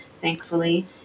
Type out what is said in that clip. thankfully